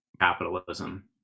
capitalism